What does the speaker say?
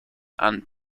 and